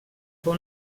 fou